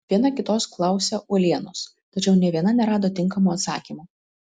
viena kitos klausė uolienos tačiau nė viena nerado tinkamo atsakymo